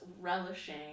relishing